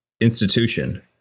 institution